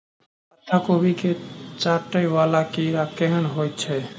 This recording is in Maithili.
पत्ता कोबी केँ चाटय वला कीड़ा केहन होइ छै?